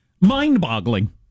mind-boggling